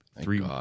three